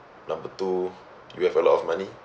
number two you have a lot of money